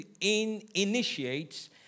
initiates